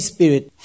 Spirit